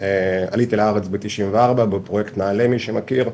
עליתי לארץ בשנת 1994 בפרויקט "נעלה" למי שמכיר.